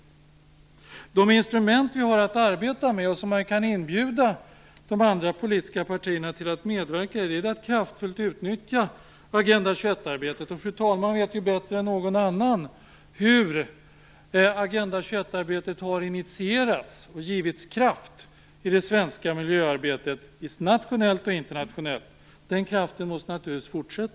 När det gäller de instrument som vi har att arbeta med och som de andra politiska partierna kan inbjudas att medverka i handlar det om att kraftfullt utnyttja Agenda 21-arbetet. Andre vice talmannen vet bättre än någon annan hur det Agenda 21-arbetet har initierats och givits kraft i det svenska miljöarbetet nationellt och internationellt. Den kraften måste naturligtvis fortsatt gälla.